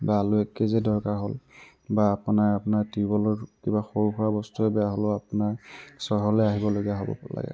বা আলু এক কেজিয়ে দৰকাৰ হ'ল বা আপোনাৰ আপোনাৰ টিউবৱেলৰ কিবা সৰু সুৰা বস্তুৱে বেয়া হ'ল আপোনাৰ চহৰলৈ আহিবলগীয়া হ'ব পাৰে